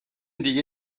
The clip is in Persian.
دیگه